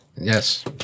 Yes